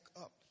up